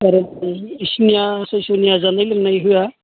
खारन बिसोरनिया सयस'निया जानाय लोंनाय होआ